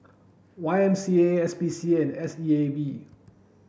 Y M C A S P C A and S E A B